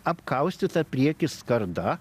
apkaustyta prieky skarda